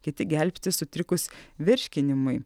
kiti gelbsti sutrikus virškinimui